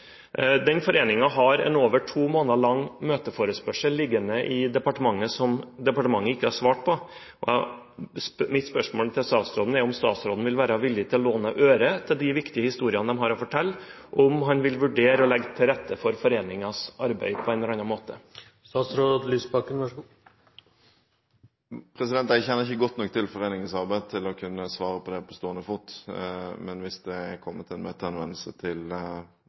har en over to måneder lang møteforespørsel liggende i departementet, som departementet ikke har svart på. Mitt spørsmål til statsråden er om statsråden vil være villig til å låne øre til de viktige historiene de har å fortelle, og om han vil vurdere å legge til rette for foreningens arbeid på en eller annen måte. Jeg kjenner ikke godt nok til foreningens arbeid til å kunne svare på det på stående fot. Hvis det er kommet en møtehenvendelse til